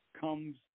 comes